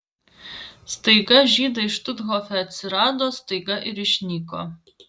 staiga žydai štuthofe atsirado staiga ir išnyko